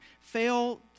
fail